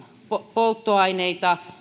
polttoaineita